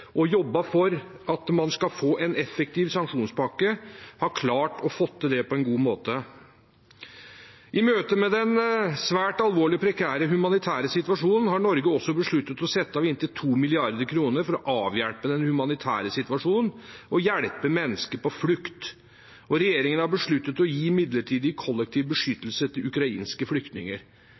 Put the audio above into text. og jobbet for at man skal få en effektiv sanksjonspakke, har klart å få det til på en god måte. I møte med den svært alvorlige, prekære humanitære situasjonen har Norge også besluttet å sette av inntil 2 mrd. kr for å avhjelpe den humanitære situasjonen og hjelpe mennesker på flukt. Regjeringen har besluttet å gi midlertidig kollektiv beskyttelse til ukrainske flyktninger,